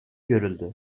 görüldü